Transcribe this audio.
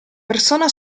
persona